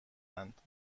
اند